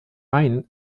ein